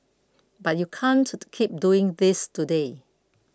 but you can't keep doing this today